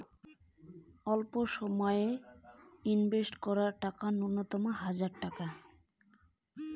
স্বল্প সময়ের জন্য ইনভেস্ট করার নূন্যতম টাকার পরিমাণ কত?